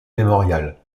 memorial